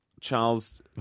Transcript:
Charles